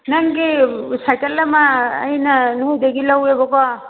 ꯅꯪꯒꯤ ꯁꯥꯏꯀꯜ ꯑꯃ ꯑꯩꯅ ꯅꯣꯏꯗꯒꯤ ꯂꯧꯋꯦꯕꯀꯣ